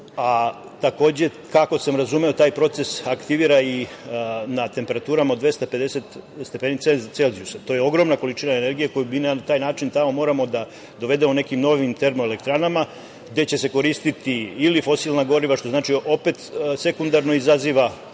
kako sam razumeo taj proces aktivira i na temperaturama od 250 stepeni Celzijusa. To je ogromna količina energije koju na taj način moramo da dovedemo nekim novim termoelektranama gde će se koristi ili fosilna goriva, što znači, opet, sekundarno dovodi